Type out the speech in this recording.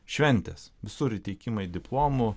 šventės visur įteikimai diplomų